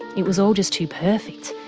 it was all just too perfect,